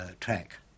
track